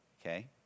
okay